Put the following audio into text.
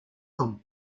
con